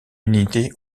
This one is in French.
unité